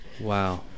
Wow